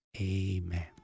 Amen